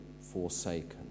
forsaken